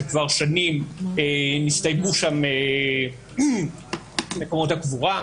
שכבר שנים נסתיימו שם מקומות הקבורה,